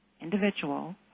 individual